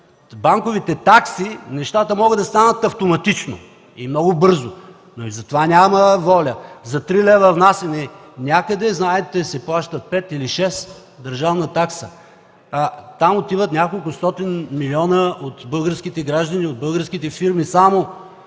банковите такси нещата могат да станат автоматично и много бързо. Но и за това няма воля! За 3 лева, внасяни някъде, знаете, че се плащат 5 или 6 лева държавна такса. Там отиват неколкостотин милиона лева от българските граждани, от българските фирми само